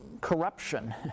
corruption